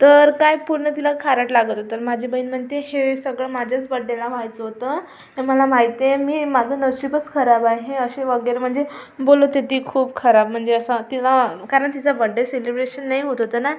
तर काय पूर्ण तिला खारट लागत होता आणि माझी बहीण म्हणते हे सगळं माझ्याच बड्डेला व्हायचं होतं मला माहिती आहे मी माझं नशीबच खराब आहे अशी वगैरे म्हणजे बोलत होती खूप खराब म्हणजे असं तिला कारण तिचा बड्डे सेलिब्रेशन नाही होत होतं ना